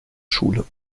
schule